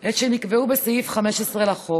את שנקבעו בסעיף 15 לחוק.